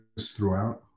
throughout